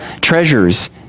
treasures